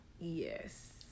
Yes